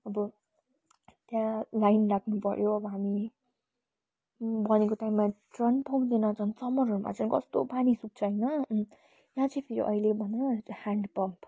अब त्यहाँ लाइन लाग्नु पर्यो अब हामी भनेको टाइममा ट्रन पाउँदैन झन् समरहरूमा झन् कस्तो पानी सुख्छ होइन यहाँ चाहिँ फेरि अहिले भनौँ ह्यान्डपम्प